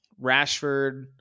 Rashford